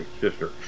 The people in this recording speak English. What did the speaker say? sister